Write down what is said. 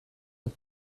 het